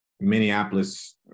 Minneapolis